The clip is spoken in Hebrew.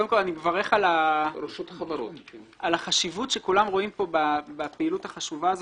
אני מברך על החשיבות שכולם רואים כאן בפעילות החשובה הזאת.